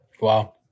Wow